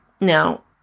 Now